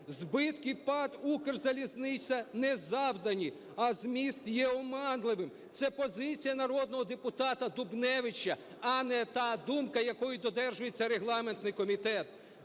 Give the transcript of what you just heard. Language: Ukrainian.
Збитки ПАТ "Укрзалізниця" не завдані, а зміст є оманливим. Це позиція народного депутата Дубневича, а не та думка, якою додержується регламентний комітет.